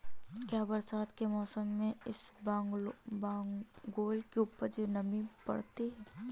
क्या बरसात के मौसम में इसबगोल की उपज नमी पकड़ती है?